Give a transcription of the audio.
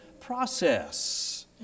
process